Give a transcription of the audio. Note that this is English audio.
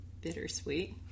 Bittersweet